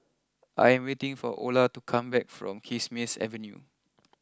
I am waiting for Ola to come back from Kismis Avenue